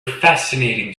fascinating